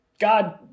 God